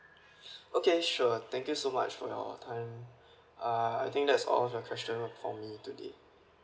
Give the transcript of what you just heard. okay sure thank you so much for your time uh I think that's all the questions for me today